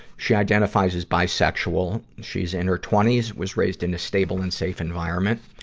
she identifies as bisexual. she's in her twenty s, was raised in a stable and safe environment.